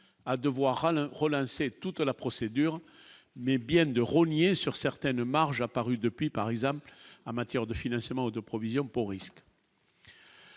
à devoir Alain relancer tout à la procédure, mais bien de rogner sur certaines marges apparu depuis par exemple l'amateur de financement de provisions pour risques.